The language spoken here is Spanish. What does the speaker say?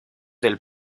del